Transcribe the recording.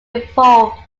evolved